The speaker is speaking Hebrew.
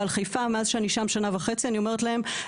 ועל חיפה מאז אני שם שנה וחצי אני אומרת להם,